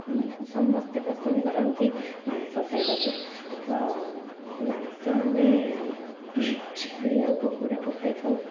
ସମସ୍ତେ ପସନ୍ଦ କରନ୍ତି ମାଂସ ଖାଇବାକୁ ତ ମାଂସ ଆମେ ଛେଳି ଆଉ କୁକୁଡ଼ାଠାରୁ ପାଇଥାଉ